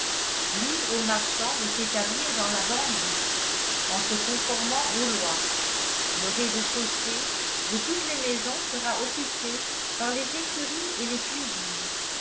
libre aux marchands de s'établir dans la banlieue en se conformant aux lois le rez-de-chaussée de toutes les maisons sera occupé par les écuries et les cuisines